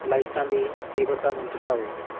ਲਾਈਟਾਂ ਦੀ ਤੀਬਰਤਾ ਨੂੰ ਘਟਾਓ